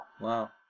wow